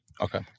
Okay